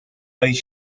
ice